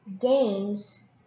games